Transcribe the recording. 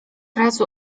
razu